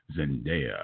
Zendaya